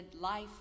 life